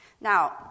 Now